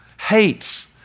hates